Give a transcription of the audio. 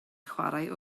chwarae